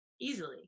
easily